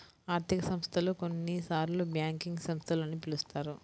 ఆర్థిక సంస్థలు, కొన్నిసార్లుబ్యాంకింగ్ సంస్థలు అని పిలుస్తారు